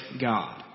God